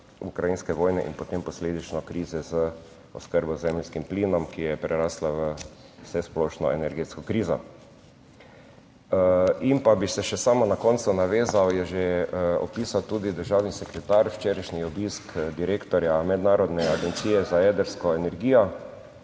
ukrajinske vojne in potem posledično krize z oskrbo z zemeljskim plinom, ki je prerasla v vsesplošno energetsko krizo. In pa bi se še samo na koncu navezal, je že opisal tudi državni sekretar, včerajšnji obisk direktorja Mednarodne agencije za jedrsko energijo,